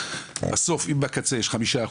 בסוף אם בקצה יש 5%,